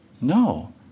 no